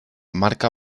marca